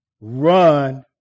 run